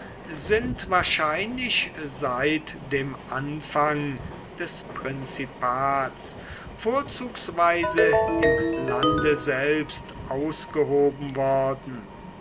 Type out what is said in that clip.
sind wahrscheinlich seit dem anfang des prinzipats vorzugsweise im lande selbst ausgehoben worden